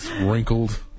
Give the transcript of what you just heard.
Wrinkled